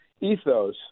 ethos